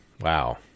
wow